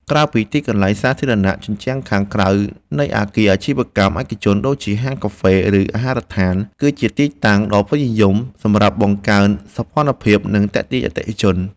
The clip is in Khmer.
ក្រៅពីកន្លែងសាធារណៈ ជញ្ជាំងខាងក្រៅនៃអាគារអាជីវកម្មឯកជន ដូចជាហាងកាហ្វេ ឬអាហារដ្ឋាន គឺជាទីតាំងដ៏ពេញនិយមសម្រាប់បង្កើនសោភ័ណភាព និងទាក់ទាញអតិថិជន។